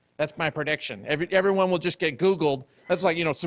that's my prediction. everyone will just get googled, that's like, you know, so